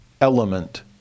element